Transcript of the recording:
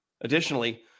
additionally